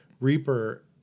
Reaper